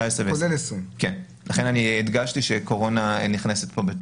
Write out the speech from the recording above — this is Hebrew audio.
לכן הדגשתי שהקורונה נכנסת פה.